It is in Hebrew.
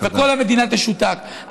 וכל המדינה תשותק.